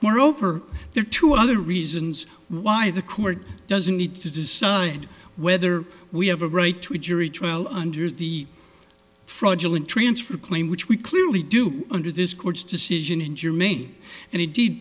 moreover there are two other reasons why the court doesn't need to decide whether we have a right to a jury trial under the fraudulent transfer claim which we clearly do under this court's decision in germanie and he did